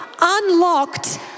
unlocked